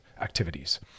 activities